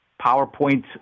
PowerPoint